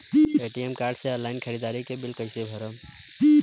ATM card से online ख़रीदारी के बिल कईसे भरेम?